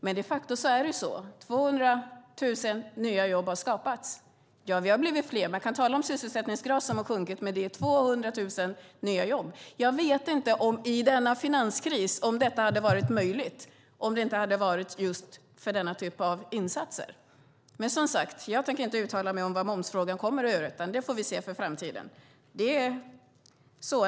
Men de facto har 200 000 nya jobb skapats. Ja, vi har blivit fler. Man kan tala om sysselsättningsgrad som har sjunkit, men det är alltså 200 000 nya jobb. Jag vet inte om detta hade varit möjligt i denna finanskris om det inte hade varit just för denna typ av insatser. Men jag tänker som sagt inte uttala mig om vad momsfrågan kommer att leda till, utan det får vi se i framtiden.